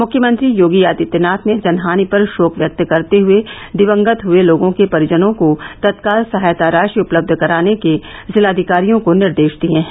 मुख्यमंत्री योगी आदित्यनाथ ने जनहानि पर शोक व्यक्त करते हुए दिवंगत हये लोगों के परिजनों को तत्काल सहायता राशि उपलब्ध कराने के जिलाधिकारियों को निर्देश दिए हैं